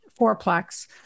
fourplex